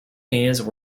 these